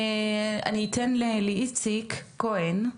אני אתן לאיציק כהן,